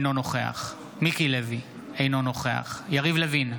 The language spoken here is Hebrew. אינו נוכח מיקי לוי, אינו נוכח יריב לוין,